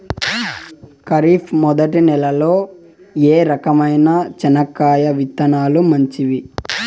ఖరీఫ్ మొదటి నెల లో ఏ రకమైన చెనక్కాయ విత్తనాలు మంచివి